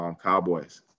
Cowboys